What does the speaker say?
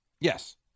Yes